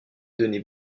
données